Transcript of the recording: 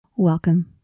Welcome